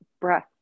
breath